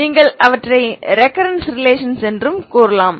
நீங்கள் அவற்றை recurrence relations என்று அழைக்கலாம்